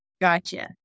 Gotcha